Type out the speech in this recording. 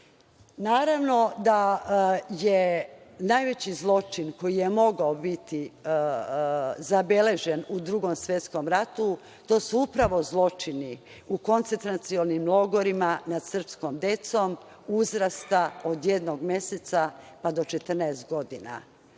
da je najveći zločin koji je mogao biti zabeležen u Drugom svetskom ratu, to su upravo zločini i koncentracionim logorima nad srpskom decom uzrasta od jednog meseca, pa do 14 godina.